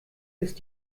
ist